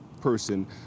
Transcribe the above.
person